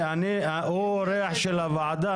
הוא אורח של הוועדה,